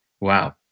Wow